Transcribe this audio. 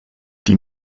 die